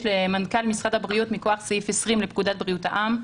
למנכ"ל משרד הבריאות מכוח סעיף 20 לפקודת בריאות העם,